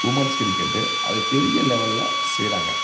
women's cricket அது பெரிய லெவலில் செய்கிறாங்க